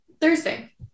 Thursday